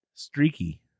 Streaky